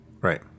Right